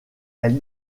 elle